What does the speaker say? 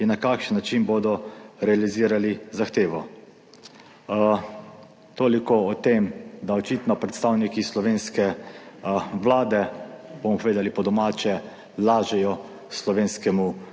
in na kakšen način bodo realizirali zahtevo.« Toliko o tem, da očitno predstavniki slovenske Vlade, bomo povedali po domače, lažejo slovenskemu